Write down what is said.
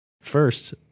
First